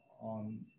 on